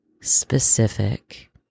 specific